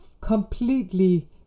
completely